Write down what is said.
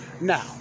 Now